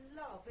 love